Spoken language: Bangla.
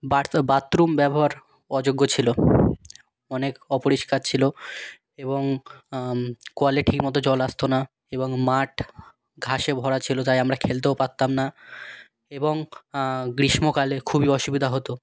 বাথরুম ব্যবহার অযোগ্য ছিল অনেক অপরিষ্কার ছিল এবং কলে ঠিকমতো জল আসতো না এবং মাঠ ঘাসে ভরা ছিল তাই আমরা খেলতেও পারতাম না এবং গ্রীষ্মকালে খুবই অসুবিধা হতো